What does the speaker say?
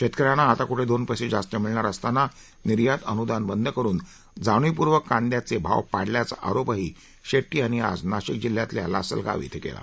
शेतकऱ्यांना आता कुठे दोन पैसे जास्त मिळणार असताना निर्यात अनुदान बंद करून जाणीवपूर्वक कांद्याचे भाव पडल्याचा आरोपही शेट्टी यांनी आज नाशिक जिल्ह्यातील लासलगाव इथं केला